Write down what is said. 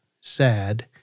sad